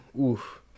oof